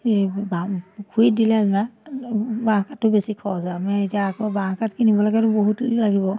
এ বা পুখুৰীত দিলে যেনিবা বাঁহ কাঠটো বেছি খৰচ হয় আমি এতিয়া আকৌ বাঁহ কাঠ কিনিব লাগিলে বহুত লাগিব